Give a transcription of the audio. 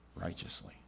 righteously